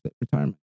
retirement